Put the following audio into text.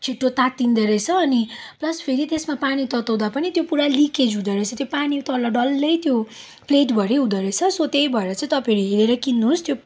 छिटो तातिँदो रहेछ अनि प्लस फेरि त्यसमा पानी तताउँदा पनि त्यो पुरा लिकेज हुँदो रहेछ त्यो पानी तल डल्लै त्यो प्लेटभरि हुँदो रहेछ सो त्यही भएर चाहिँ तपाईँहरू हेरेर किन्नुहोस्